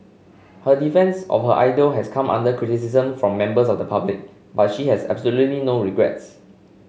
her defence of her idol has come under criticism from members of the public but she has absolutely no regrets